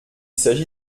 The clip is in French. s’agit